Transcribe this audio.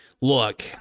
Look